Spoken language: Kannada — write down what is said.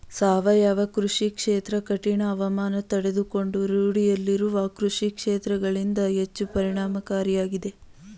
ಸಾವಯವ ಕೃಷಿ ಕ್ಷೇತ್ರ ಕಠಿಣ ಹವಾಮಾನ ತಡೆದುಕೊಂಡು ರೂಢಿಯಲ್ಲಿರುವ ಕೃಷಿಕ್ಷೇತ್ರಗಳಿಗಿಂತ ಹೆಚ್ಚು ಪರಿಣಾಮಕಾರಿಯಾಗಿದೆ